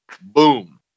boom